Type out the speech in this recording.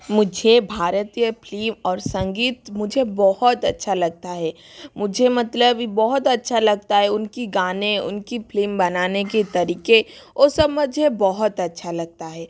मुझे भारतीय फ्लिम और संगीत मुझे बहुत अच्छा लगता है मुझे मतलब ये बहुत अच्छा लगता है उनके गाने उनकी फ्लिम बनाने के तरीक़ा वो सब मझे बहुत अच्छा लगता है